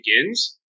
begins